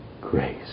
grace